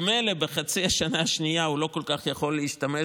ממילא בחצי השנה השנייה הוא לא כל כך יכול להשתמש